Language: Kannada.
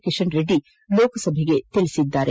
ಕಿಶನ್ರೆಡ್ಡಿ ಲೋಕಸಭೆಗೆ ತಿಳಿಸಿದ್ದಾರೆ